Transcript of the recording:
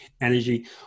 energy